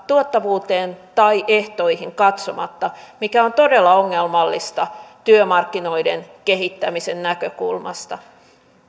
tuottavuuteen tai ehtoihin katsomatta mikä on todella ongelmallista työmarkkinoiden kehittämisen näkökulmasta